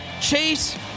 Chase